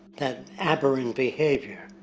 that aberrant behavior,